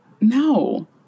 no